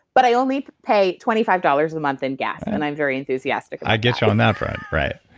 but i only pay twenty five dollars a month in gas, and i'm very enthusiastic i get you on that front. right.